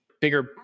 bigger